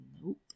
Nope